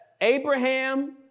Abraham